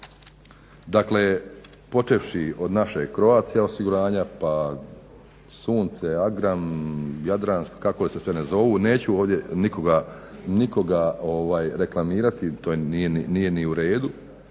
Dakle počevši od našeg Croatia osiguranja, pa Sunce, Agram, Jadransko kako li se sve ne zovu neću ovdje nikoga reklamirati, to nije ni u redu,